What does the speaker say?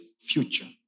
future